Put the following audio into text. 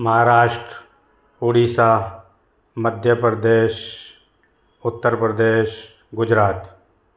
Maharashtra Orissa Madhya Pradesh Uttar Pradesh Gujarat